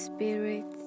Spirit